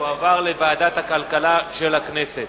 ותועבר לוועדת הכלכלה של הכנסת.